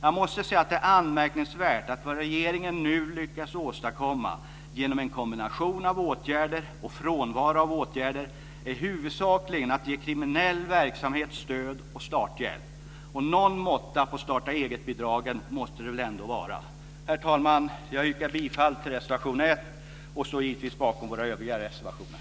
Jag måste säga att det är anmärkningsvärt att vad regeringen nu lyckas åstadkomma genom en kombination av åtgärder och frånvaro av åtgärder huvudsakligen är att ge kriminell verksamhet stöd och starthjälp. Någon måtta på starta-eget-bidragen måste det väl ändå vara! Herr talman! Jag yrkar bifall till reservation 1 och står givetvis bakom våra övriga reservationer.